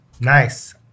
Nice